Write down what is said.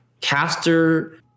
caster